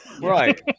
right